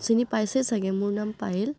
চিনি পাইছেই চাগে মোৰ নাম পাইল